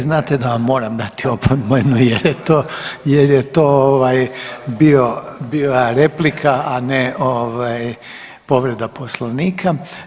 Vi znate da vam moram dati opomenu jer je to bila replika, a ne povreda Poslovnika.